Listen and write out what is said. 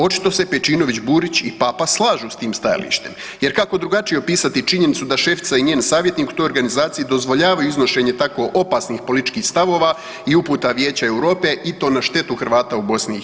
Očito se Pejčinović Burić i Papa slažu s tim stajalištem jer kako drugačije opisati činjenicu da šefica i njen savjetnik u toj organizaciji dozvoljavaju iznošenje tako opasnih političkih stavova i uputa Vijeća EU i to na štetu Hrvata u BiH.